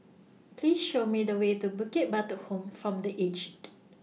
Please Show Me The Way to Bukit Batok Home from The Aged